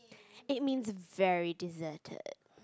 it means very deserted